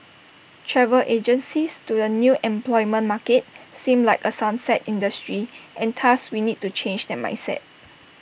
travel agencies to the new employment market seem like A sunset industry and thus we need to change that mindset